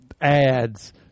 ads